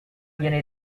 viene